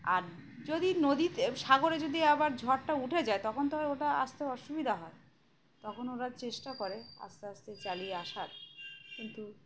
আর যদি নদীতে সাগরে যদি আবার ঝড়টা উঠে যায় তখন তো ওটা আসতে অসুবিধা হয় তখন ওরা চেষ্টা করে আস্তে আস্তে চালিয়ে আসার কিন্তু